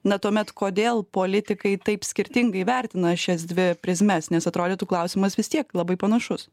na tuomet kodėl politikai taip skirtingai vertina šias dvi prizmes nes atrodytų klausimas vis tiek labai panašus